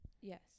Yes